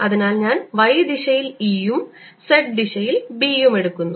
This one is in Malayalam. അതിനാൽ ഞാൻ y ദിശയിൽ E യും z ദിശയിൽ B യും എടുക്കുന്നു